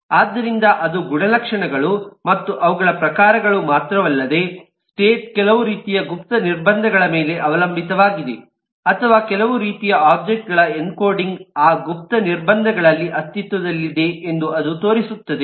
ಆದ್ದರಿಂದ ಅದು ಗುಣಲಕ್ಷಣಗಳು ಮತ್ತು ಅವುಗಳ ಪ್ರಕಾರಗಳು ಮಾತ್ರವಲ್ಲದೆ ಸ್ಟೇಟ್ ಕೆಲವು ರೀತಿಯ ಗುಪ್ತ ನಿರ್ಬಂಧಗಳ ಮೇಲೆ ಅವಲಂಬಿತವಾಗಿದೆ ಅಥವಾ ಕೆಲವು ರೀತಿಯ ಒಬ್ಜೆಕ್ಟ್ ಗಳ ಎನ್ಕೋಡಿಂಗ್ ಆ ಗುಪ್ತ ನಿರ್ಬಂಧಗಳಲ್ಲಿ ಅಸ್ತಿತ್ವದಲ್ಲಿದೆ ಎಂದು ಅದು ತೋರಿಸುತ್ತದೆ